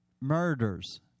murders